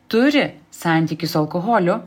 turi santykį su alkoholiu